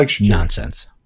Nonsense